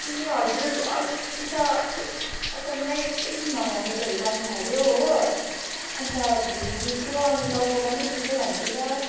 ए हजुर उ त एक अचम्मै एकै छिनमा भमिटहरू गर्नु थाल्यो हो अन्त भुँडी दुख्यो अनि टाउको पनि दुख्यो भन्दैछ